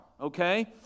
okay